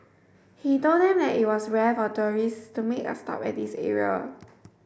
he told them that it was rare for tourists to make a stop at this area